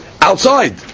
outside